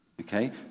Okay